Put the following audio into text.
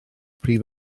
prif